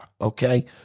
Okay